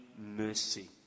mercy